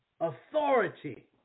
authority